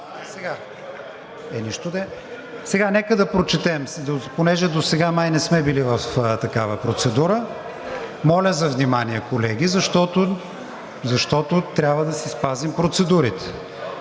Нека да прочетем, понеже досега май не сме били в такава процедура. Моля за внимание, колеги, защото трябва да си спазим процедурите.